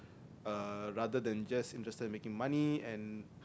uh rather than just interested in making money and